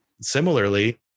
Similarly